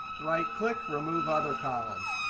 right click remove other columns.